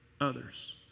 others